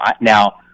Now